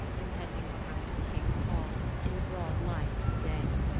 intending to come to the king's hall in the broad light of the day.